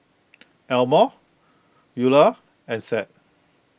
Elmore Ula and Seth